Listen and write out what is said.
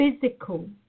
physical